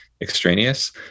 extraneous